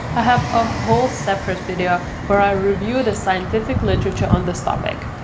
i have a whole separate video where i review the scientific literature on this topic.